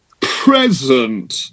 present